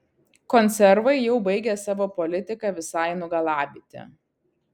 konservai jau baigia savo politika visai nugalabyti